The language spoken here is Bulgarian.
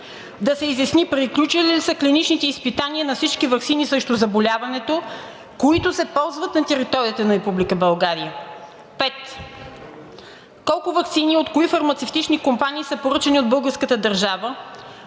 Да се изясни приключили ли са клиничните изпитания на всички ваксини срещу заболяването, които се ползват на територията на Република България. 1.5. Колко ваксини от кои фармацевтични компании са поръчани от българската държава,